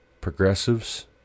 progressives